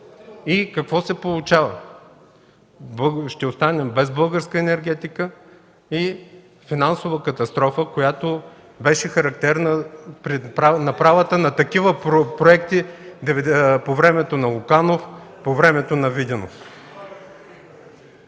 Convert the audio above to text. Какво се получава? Ще останем без българска енергетика – финансова катастрофа, която беше характерна при такива проекти по времето на Луканов, по времето на Виденов.